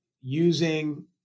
using